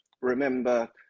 remember